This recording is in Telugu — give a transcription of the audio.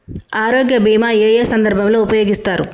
ఆరోగ్య బీమా ఏ ఏ సందర్భంలో ఉపయోగిస్తారు?